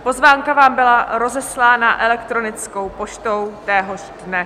Pozvánka vám byla rozeslána elektronickou poštou téhož dne.